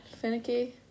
finicky